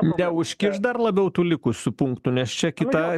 neužkiš dar labiau tų likusių punktų nes čia kita